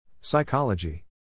Psychology